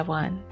one